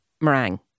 meringue